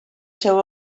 seu